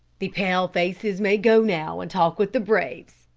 the pale-faces may go now and talk with the braves,